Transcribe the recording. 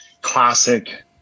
classic